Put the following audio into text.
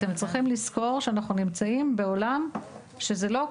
אתם צריכים לזכור שאנחנו נמצאים בעולם שזה לא,